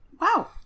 Wow